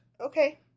Okay